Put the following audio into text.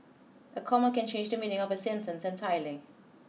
a comma can change the meaning of a sentence entirely